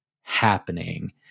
happening